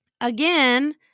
Again